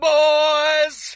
boys